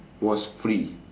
was free